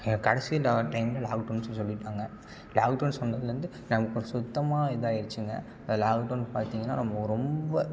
இங்கே கடைசி லா டைமில் லாக்டவுன்னு சொல்லி சொல்லிவிட்டாங்க லாக்டவுன்னு சொன்னதுலேருந்து எனக்குச் சுத்தமாக இதாகிருச்சிங்க லாக்டவுன் பார்த்தீங்கன்னா நம்ம ரொம்ப